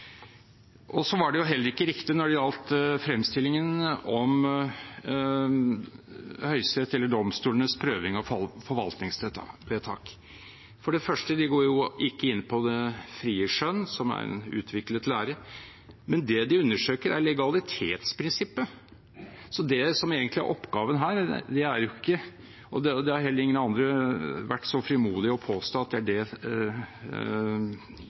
Så var det heller ikke riktig når det gjaldt fremstillingen av domstolenes prøving av forvaltningsvedtak. For det første: De går jo ikke inn på det frie skjønn, som er en utviklet lære. Men det de understreker, er legalitetsprinsippet. Så det som egentlig er oppgaven her – og heller ingen andre har vært så frimodige å påstå at det er det